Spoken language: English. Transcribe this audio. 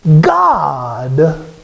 God